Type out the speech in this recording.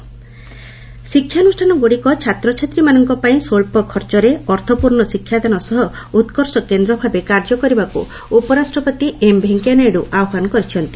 ନାଇଡୁ ୟୁଥ ଶିକ୍ଷାନୁଷ୍ଠାନଗୁଡିକ ଛାତ୍ରଛାତ୍ରୀମାନଙ୍କ ପାଇଁ ସ୍ୱଚ୍ଚ ଖର୍ଚ୍ଚରେ ଅର୍ଥପୂର୍ଣ୍ଣ ଶିକ୍ଷାଦାନ ସହ ଉତ୍କର୍ଷ କେନ୍ଦ୍ରଭାବେ କାର୍ଯ୍ୟ କରିବାକୁ ଉପରାଷ୍ଟ୍ରପତି ଏମ୍ ଭେଙ୍କିୟା ନାଇଡୁ ଆହ୍ୱାନ କରିଛନ୍ତି